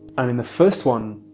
and in the first one